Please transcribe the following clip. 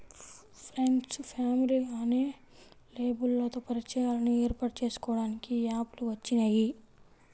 friends, family అనే లేబుల్లతో పరిచయాలను ఏర్పాటు చేసుకోడానికి యాప్ లు వచ్చినియ్యి